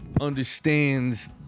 understands